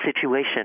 situation